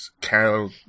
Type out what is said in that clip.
Carol